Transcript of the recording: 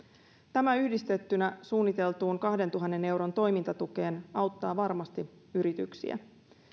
tämä yhdistettynä suunniteltuun kahdentuhannen euron toimintatukeen auttaa varmasti yrityksiä